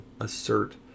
assert